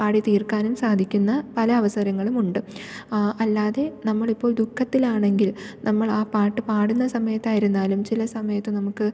പാടി തീർക്കാനും സാധിക്കുന്ന പല അവസരങ്ങളുമുണ്ട് ആ അല്ലാതെ നമ്മളിപ്പോൾ ദുഃഖത്തിലാണെങ്കിൽ നമ്മൾ ആ പാട്ട് പാടുന്ന സമയത്തായിരുന്നാലും ചില സമയത്ത് നമുക്ക്